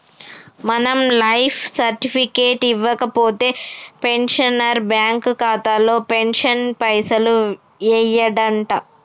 మనం life certificate ఇవ్వకపోతే pensioner bank ఖాతాలో పెన్షన్ పైసలు యెయ్యడంట